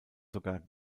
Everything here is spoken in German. sogar